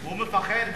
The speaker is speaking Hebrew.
הוא מפחד מליברמן.